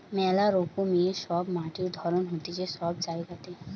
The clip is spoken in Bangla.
মেলা রকমের সব মাটির ধরণ হতিছে সব জায়গাতে